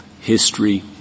history